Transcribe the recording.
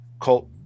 cult